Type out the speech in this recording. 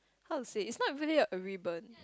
how to say is not fully a ribbon